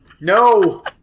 No